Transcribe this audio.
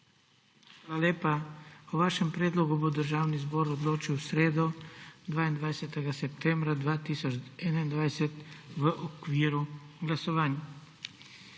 Hvala lepa. O vašem predlogu bo Državni zbor odločil v sredo, 22. septembra 2021, v okviru glasovanj.